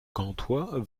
gantois